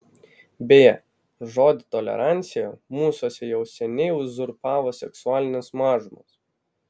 beje žodį tolerancija mūsuose jau seniai uzurpavo seksualinės mažumos